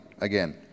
Again